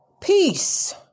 peace